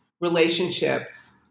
relationships